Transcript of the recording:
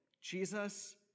Jesus